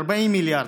40 מיליארד,